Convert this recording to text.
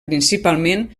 principalment